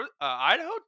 Idaho